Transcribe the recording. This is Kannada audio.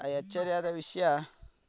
ಅಚ್ಚರಿಯಾದ ವಿಷಯ